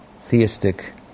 theistic